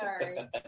Sorry